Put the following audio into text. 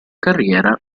carriera